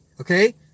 Okay